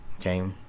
Okay